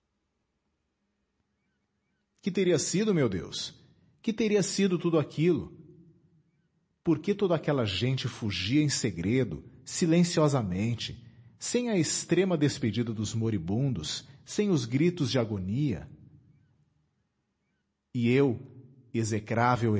que teria sido meu deus que teria sido tudo aquilo por que toda aquela gente fugia em segredo silenciosamente sem a extrema despedida dos moribundos sem os gritos de agonia e eu execrável